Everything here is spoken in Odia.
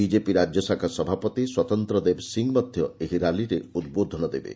ବିଜେପି ରାଜ୍ୟ ଶାଖା ସଭାପତି ସ୍ୱତନ୍ତ୍ର ଦେବ ସିଂହ ମଧ୍ୟ ଏହି ର୍ୟାଲିରେ ଉଦ୍ବୋଧନ ଦେବେ